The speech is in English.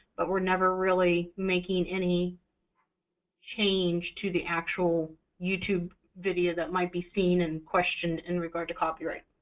but we're never really making any change to the actual youtube video that might be seen and questioned in regard to copyright.